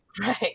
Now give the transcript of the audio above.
Right